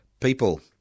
people